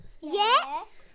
Yes